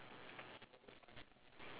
on the right